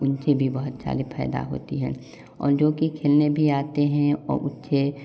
उनसे भी बहुत सारे फ़ायदे होते हैं और जोकि खेलने भी आते है और उन्हें